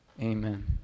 Amen